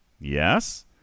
Yes